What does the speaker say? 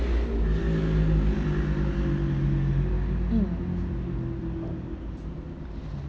mm